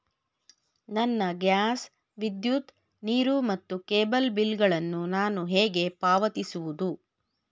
ನನ್ನ ಗ್ಯಾಸ್, ವಿದ್ಯುತ್, ನೀರು ಮತ್ತು ಕೇಬಲ್ ಬಿಲ್ ಗಳನ್ನು ನಾನು ಹೇಗೆ ಪಾವತಿಸುವುದು?